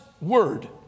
word